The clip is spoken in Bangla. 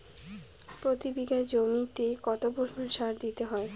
প্রতি বিঘা জমিতে কত পরিমাণ সার দিতে হয়?